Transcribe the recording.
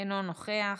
אינו נוכח,